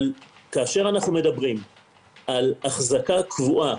אבל כאשר אנחנו מדברים על אחזקה קבועה